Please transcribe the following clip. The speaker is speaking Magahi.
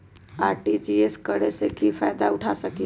आर.टी.जी.एस करे से की फायदा उठा सकीला?